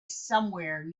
somewhere